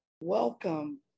Welcome